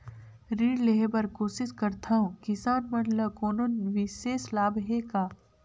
ऋण लेहे बर कोशिश करथवं, किसान मन ल कोनो विशेष लाभ हे का?